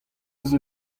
eus